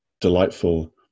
delightful